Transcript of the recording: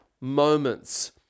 moments